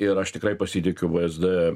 ir aš tikrai pasitikiu vsd